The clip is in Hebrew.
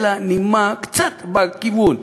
הייתה לה נימה קצת בכיוון.